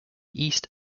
east